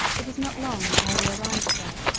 it was not long e'er we arrived there,